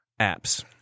apps